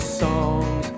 songs